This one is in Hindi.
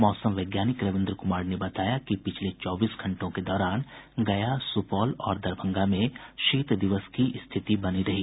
मौसम वैज्ञानिक रवीन्द्र कुमार ने बताया कि पिछले चौबीस घंटों के दौरान गया सुपौल और दरभंगा में शीत दिवस की स्थिति बनी रही